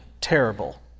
terrible